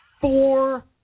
Four